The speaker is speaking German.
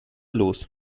los